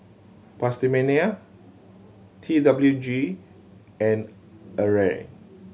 PastaMania T W G and Arai